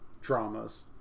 dramas